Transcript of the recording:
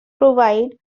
provide